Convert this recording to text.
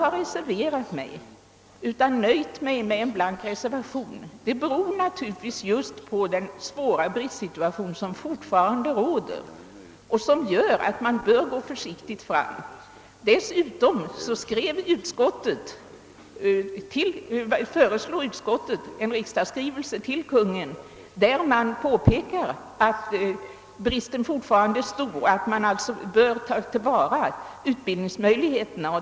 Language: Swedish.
Att jag nöjt mig med en blank reservation, beror på den stora brist på socionomer som alltså fortfarande råder och som gör att man bör gå försiktigt fram. Dessutom föreslår utskottet en skrivelse till Kungl. Maj:t med påpekande att bristen fortfarande är stor och att man alltså bör ta till vara alla utbildningsmöjligheter.